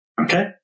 Okay